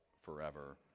forever